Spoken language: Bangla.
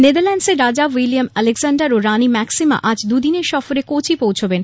নেদারল্যান্ডের রাজ উইলিয়াম এ্যালেক্সজান্ডার ও রানী ম্যাক্সিমা আজ দুদিনের সফরে কোচি পৌঁছবেন